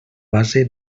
base